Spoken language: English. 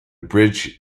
bridge